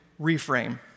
reframe